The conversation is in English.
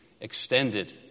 extended